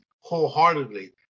wholeheartedly